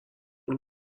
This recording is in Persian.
اون